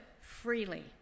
freely